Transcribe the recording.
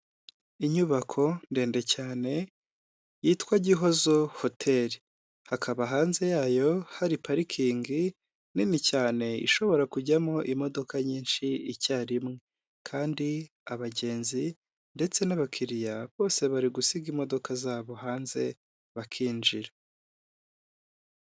Inyubako ndende cyane yitwa Gihozo hoteli, hakaba hanze yayo hari parikingi nini cyane ishobora kujyamo imodoka nyinshi icyarimwe kandi abagenzi ndetse n'abakiriya bose bari gusiga imodoka zabo hanze bakinjira.